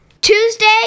Tuesday